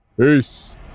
Peace